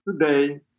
Today